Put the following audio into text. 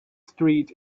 street